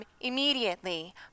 immediately